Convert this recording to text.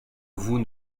vous